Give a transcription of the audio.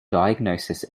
diagnosis